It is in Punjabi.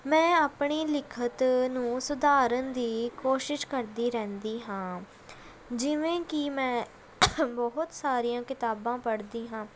ਮੈਂ ਆਪਣੀ ਲਿਖਤ ਨੂੰ ਸੁਧਾਰਨ ਦੀ ਕੋਸ਼ਿਸ਼ ਕਰਦੀ ਰਹਿੰਦੀ ਹਾਂ ਜਿਵੇਂ ਕਿ ਮੈਂ ਬਹੁਤ ਸਾਰੀਆਂ ਕਿਤਾਬਾਂ ਪੜ੍ਹਦੀ ਹਾਂ